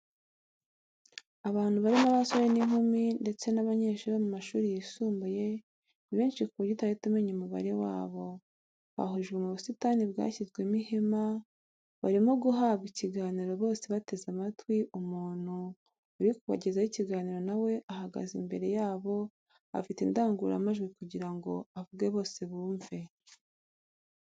Abantu barimo abasore n'inkumi ndetse n'abanyeshuri bo mu mashuri yisumbuye ni benshi ku buryo utahita umenya umubare wabo, bahurijwe mu busitani bwashyizwemo ihema, barimo guhabwa ikiganiro, bose bateze amatwi umuntu uri kubagezaho ikiganiro nawe ahagaze imbere yabo afite indangururamajwi kugira ngo avuge bose bumve.